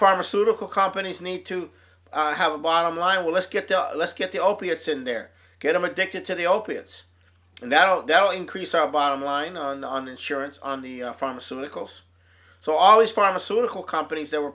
pharmaceutical companies need to have a bottom line let's get let's get the opiates in there get them addicted to the opiates and that'll go increase our bottom line on the on insurance on the pharmaceuticals so always pharmaceutical companies that were